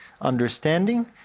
understanding